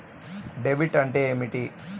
Debit అంటే ఏమిటి?